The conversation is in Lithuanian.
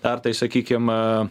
ar tai sakykim